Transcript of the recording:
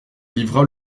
livra